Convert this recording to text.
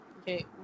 Okay